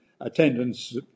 attendance